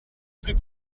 plus